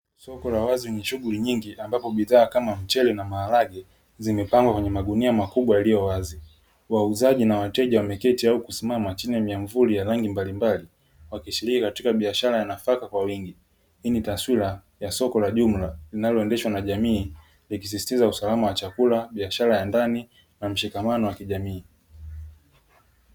Soko la wazi lenye shughuli nyingi ambapo bidhaa kama mchele na maharage zimepangwa kwenye magunia makubwa yaliyowazi wauzaji na wateja wameketi au kusimama chini ya miamvuli ya rangi mbalimbali wakishiriki katika biashara ya nafaka kwa wingi, hii ni taswira ya soko la jumla linaloendeshwa na jamii likisisitiza usalama wa chakula biashara ya ndani na mshikamano wa jamii.